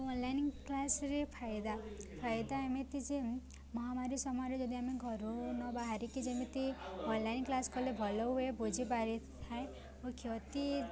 online କ୍ଲାସ୍ରେ ଫାଇଦା ଫାଇଦା ଏମିତି ଯେ ମହାମାରୀ ସମୟରେ ଯଦି ଆମେ ଘରୁ ନ ବାହାରିକି ଯେମିତି ଅନଲାଇନ୍ କ୍ଲାସ୍ କଲେ ଭଲ ହୁଏ ବୁଝିପାରିଥାଏ ଓ କ୍ଷତି